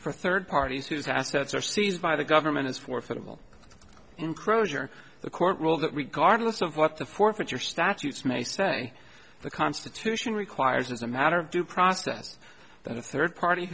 for third parties whose assets are seized by the government as for federal encroacher the court ruled that regardless of what the forfeiture statutes may say the constitution requires as a matter of due process that a third party